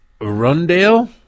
Rundale